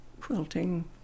quilting